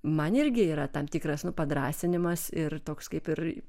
man irgi yra tam tikras padrąsinimas ir toks kaip ir